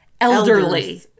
elderly